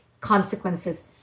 consequences